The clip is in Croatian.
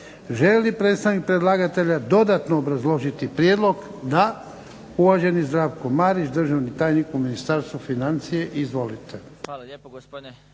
li predstavnik predlagatelja dodatno obrazložiti prijedlog? Da. Uvaženi Zdravko Marić, državni tajnik u Ministarstvu financija. Izvolite.